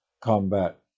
combat